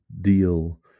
deal